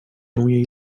jej